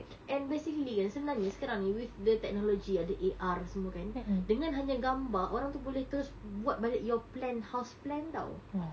and basically kan senangnya sekarang ni with the technology ada the A_R semua kan dengan hanya gambar orang tu boleh terus buat balik your plan house plan [tau]